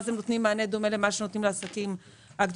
אז הם נותנים מענה דומה למה שנותנים לעסקים הגדולים.